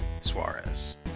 Suarez